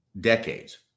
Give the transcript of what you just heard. decades